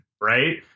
Right